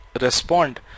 respond